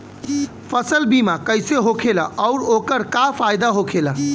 फसल बीमा कइसे होखेला आऊर ओकर का फाइदा होखेला?